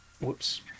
Whoops